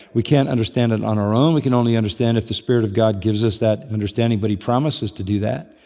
we can't understand it on our own, we can only understand it if the spirit of god gives us that understanding but he promises to do that.